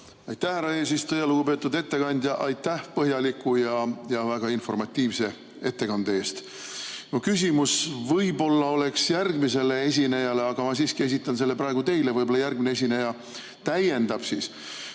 Aitäh, härra eesistuja! Lugupeetud ettekandja, aitäh põhjaliku ja väga informatiivse ettekande eest! Mu küsimus võib-olla oleks järgmisele esinejale, aga ma siiski esitan selle praegu teile, võib-olla järgmine esineja täiendab. Mis